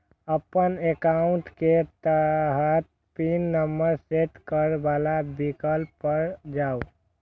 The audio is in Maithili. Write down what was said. अपन एकाउंट के तहत पिन नंबर सेट करै बला विकल्प पर जाउ